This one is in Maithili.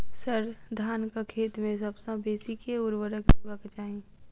सर, धानक खेत मे सबसँ बेसी केँ ऊर्वरक देबाक चाहि